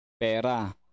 pera